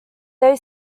they